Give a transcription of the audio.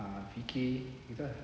ah fiqh gitu ah